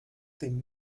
dem